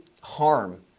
harm